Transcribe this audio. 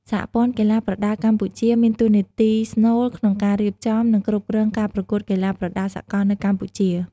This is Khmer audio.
សហព័ន្ធកីឡាប្រដាល់កម្ពុជា មានតួនាទីស្នូលក្នុងការរៀបចំ និងគ្រប់គ្រងការប្រកួតកីឡាប្រដាល់សកលនៅកម្ពុជា។